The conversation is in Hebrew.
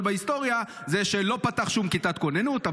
ביותר בהיסטוריה הוא היה זה שלא פתח שום כיתת כוננות.